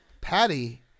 Patty